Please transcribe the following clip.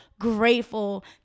grateful